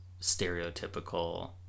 stereotypical